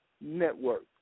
network